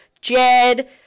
Jed